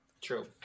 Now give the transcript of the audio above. True